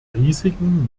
risiken